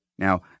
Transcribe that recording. Now